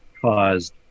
caused